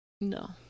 No